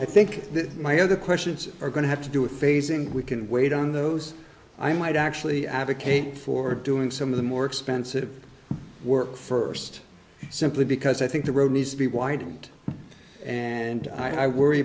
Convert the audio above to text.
i think that my other questions are going to have to do with phasing we can wait on those i might actually advocate for doing some of the more expensive work first simply because i think the road needs to be widened and i worry